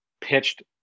pitched